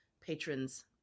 patrons